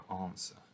answer